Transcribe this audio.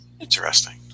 Interesting